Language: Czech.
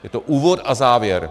Je to úvod a závěr.